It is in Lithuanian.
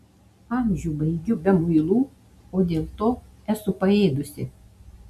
amžių baigiu be muilų o dėl to esu paėdusi